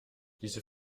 diese